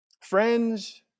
friends